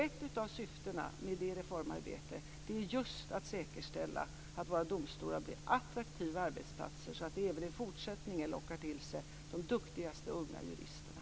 Ett av syftena i detta reformarbete är just att säkerställa att domstolarna blir attraktiva arbetsplatser så att de även i fortsättningen lockar till sig de duktigaste unga juristerna.